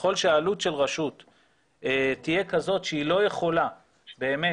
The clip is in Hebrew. ככל שהעלות של רשות תהיה כזאת שהיא לא יכולה באמת